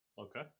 Okay